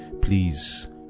Please